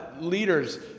leaders